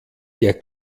der